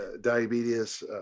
diabetes